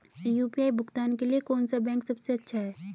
UPI भुगतान के लिए कौन सा बैंक सबसे अच्छा है?